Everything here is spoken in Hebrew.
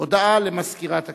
הודעה למזכירת הכנסת.